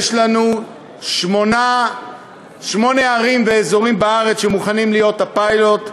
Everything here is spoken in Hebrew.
יש לנו שמונה ערים ואזורים בארץ שמוכנים להיות הפיילוט.